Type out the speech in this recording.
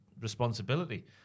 responsibility